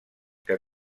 que